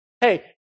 hey